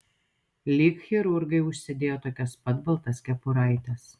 lyg chirurgai užsidėjo tokias pat baltas kepuraites